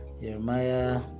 Jeremiah